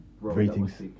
Ratings